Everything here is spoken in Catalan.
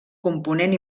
component